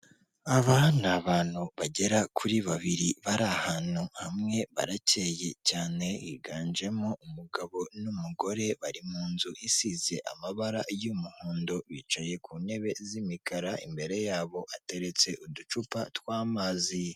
Aba ni abantu bagera kuri babiri, bari ahantu hamwe, barakeye cyane, higanjemo umugabo n'umugore bari mu nzu isize amabara y'umuhondo, bicaye ku ntebe z'imikara, imbere yabo ateretse uducupa tw'amazi.